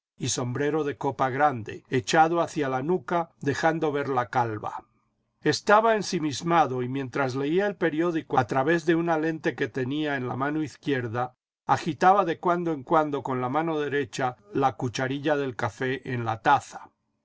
y sombrero de copa grande echado hacia la nuca dejando ver la calva estaba ensimismado y mientras leía el periódico a través de una lente que tenía en la mano izquierda agitaba de cuando en cuando con la mano derecha la cucharilla del café en la taza